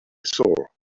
saw